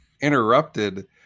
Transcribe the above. interrupted